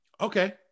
Okay